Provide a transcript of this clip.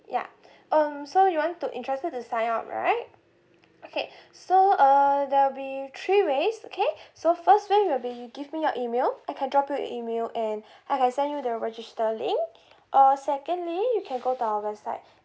ya um so you want to interested to sign up right okay so uh there'll be three ways okay so first way will be you give me your email I can drop you a email and I can send you the register link or secondly you can go to our website